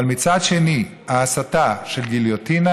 אבל מצד שני, ההסתה של גיליוטינה